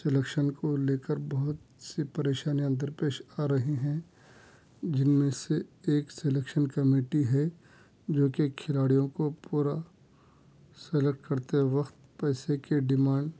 selection کو لے کر بہت سی پریشانیاں درپیش آ رہی ہیں جن میں سے ایک سلیکشن کمیٹی ہے جو کہ کھلاڑیوں کو پورا سلیکٹ کرتے وقت پیسے کی ڈیمانڈ